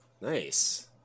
Nice